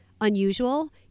unusual